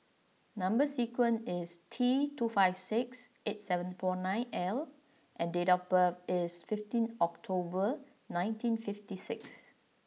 number sequence is T two five six eight seven four nine L and date of birth is fifteen October nineteen fifty six